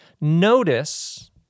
Notice